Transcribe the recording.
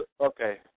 Okay